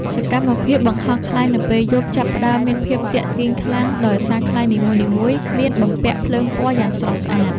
សកម្មភាពបង្ហោះខ្លែងនៅពេលយប់ ចាប់ផ្ដើមមានភាពទាក់ទាញខ្លាំង ដោយសារខ្លែងនីមួយៗមានបំពាក់ភ្លើងពណ៌យ៉ាងស្រស់ស្អាត។